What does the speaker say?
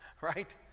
right